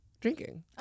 Drinking